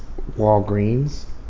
Walgreens